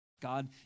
God